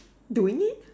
doing it